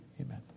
Amen